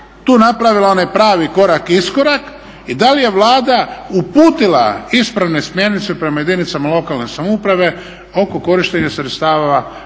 tu napravila onaj pravi korak i iskorak. I da li je Vlada uputila ispravne smjernice prema jedinicama lokalne samouprave oko korištenja sredstava